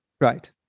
Right